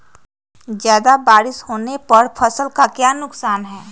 ज्यादा बारिस होने पर फसल का क्या नुकसान है?